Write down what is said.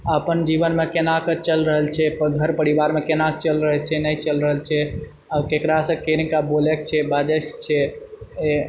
अपन जीवनमे केनाके चल रहल छै घर परिवारमे केनाके चल रहल छै नहि चल रहल छै आओर केकरासँ केना बोलएके छै बाजएके छै ए